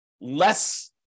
less